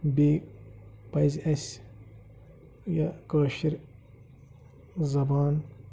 بیٚیہِ پَزِ اَسہِ یہِ کٲشِر زَبان